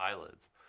eyelids